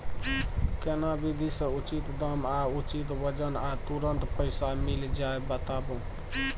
केना विधी से उचित दाम आ उचित वजन आ तुरंत पैसा मिल जाय बताबू?